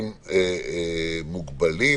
(הגבלת השהייה במרחב הציבורי והגבלת פעילות)